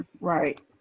Right